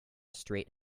straight